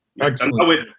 Excellent